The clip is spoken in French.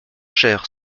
cher